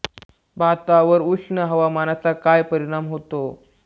भातावर उष्ण हवामानाचा काय परिणाम होतो?